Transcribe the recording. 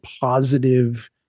positive